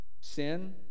sin